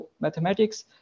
mathematics